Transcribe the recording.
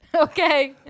okay